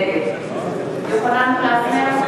נגד יוחנן פלסנר,